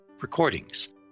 recordings